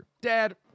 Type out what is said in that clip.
Dad